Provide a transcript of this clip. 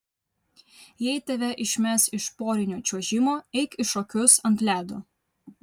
jei tave išmes iš porinio čiuožimo eik į šokius ant ledo